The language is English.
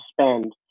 spend